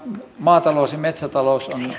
maatalous ja metsätalous ovat